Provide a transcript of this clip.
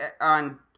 on